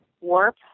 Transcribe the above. warp